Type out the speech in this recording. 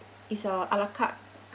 it's a a la carte